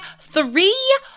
three